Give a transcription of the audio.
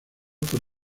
por